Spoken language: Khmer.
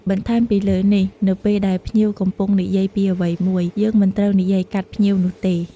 បន្ថែមពីលើនេះ នៅពេលដែលភ្ញៀវកំពុងនិយាយពីអ្វីមួយ យើងមិនត្រូវនិយាយកាត់ភ្ញៀវនោះទេ។